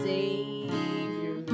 Savior